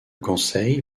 conseil